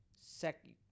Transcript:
second